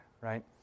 right